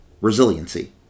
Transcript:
resiliency